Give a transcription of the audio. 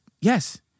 Yes